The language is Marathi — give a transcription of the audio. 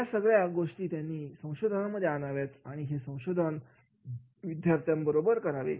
या सगळ्या गोष्टी त्यांनी संशोधनामध्ये आणाव्यात आणि हे संशोधन विद्यार्थ्यांबरोबर चर्चा करावी